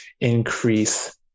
increase